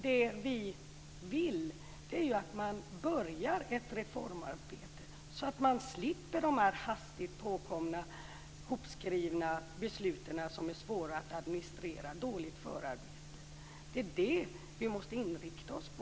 Det vi vill är ju att man börjar ett reformarbete så att man slipper de här hastigt påkomna och hopskrivna besluten som är svåra att administrera och dåligt förarbetade. Det är det vi måste inrikta oss på.